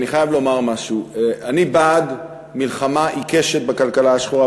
אני חייב לומר משהו: אני בעד מלחמה עיקשת בכלכלה השחורה,